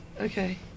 Okay